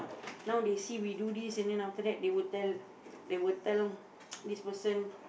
now they see we do this and then after that they will tell they will tell this person